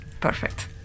perfect